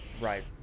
Right